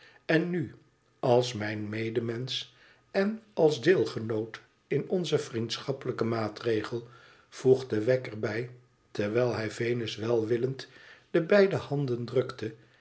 en nu als mijif medemensch en als deelgenoot in onzen vnendschappelijken maatregel voegde wegg er bij terwijl hij venus welwillend de beide handen drukte